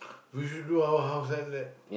would you do our house and that